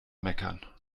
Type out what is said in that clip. meckern